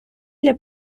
для